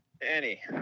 Danny